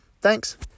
Thanks